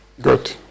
Good